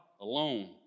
alone